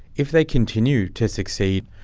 if they continue to succeed.